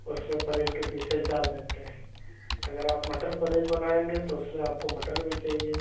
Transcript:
उसमें पनीर के पिसेस डाल देते हैं अगर आप मटर पनीर बनाएँगे तो उसमें आपको मटर भी चाहिए